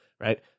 right